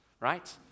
right